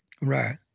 Right